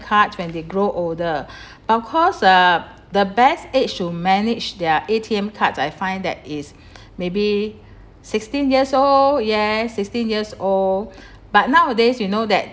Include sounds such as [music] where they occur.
card when they grow older [breath] of course uh the best age to manage their A_T_M cards I find that is [breath] maybe sixteen years old yes sixteen years old [breath] but nowadays you know that